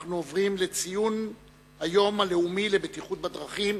אנחנו עוברים לציון היום הלאומי לבטיחות בדרכים,